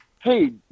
hey